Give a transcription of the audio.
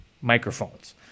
microphones